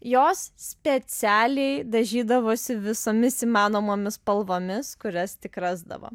jos specialiai dažydavosi visomis įmanomomis spalvomis kurias tik rasdavo